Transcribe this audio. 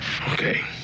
Okay